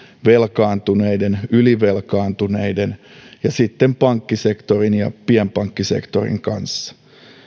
velkaantuneiden ylivelkaantuneiden ja sitten pankkisektorin ja pienpankkisektorin kanssa